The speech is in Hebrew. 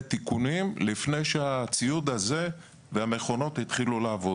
תיקונים לפני שהציוד הזה והמכונות התחילו לעבוד.